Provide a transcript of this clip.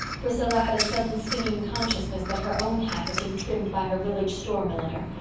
priscilla had a sudden stinging consciousness that her own hat had been trimmed by her village store milliner,